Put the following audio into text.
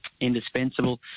Indispensable